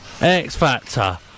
X-Factor